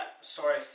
sorry